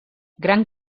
gran